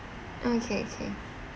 okay K